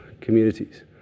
communities